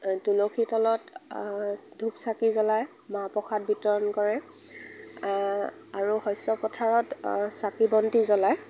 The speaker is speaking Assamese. তুলসীৰ তলত ধূপ চাকি জ্বলাই মাহ প্ৰসাদ বিতৰণ কৰে আৰু শস্যপথাৰত চাকি বন্তি জ্বলায়